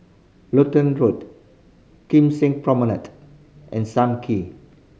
Lutheran Road Kim Seng Promenade and Sam Kee